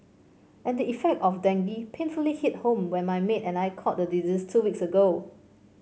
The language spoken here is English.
and the effects of dengue painfully hit home when my maid and I caught the disease two weeks ago